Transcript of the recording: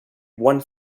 one